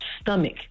stomach